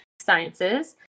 sciences